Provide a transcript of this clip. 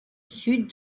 sud